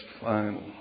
final